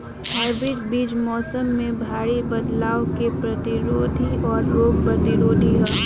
hybrid बीज मौसम में भारी बदलाव के प्रतिरोधी और रोग प्रतिरोधी ह